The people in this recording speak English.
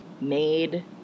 made